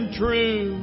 true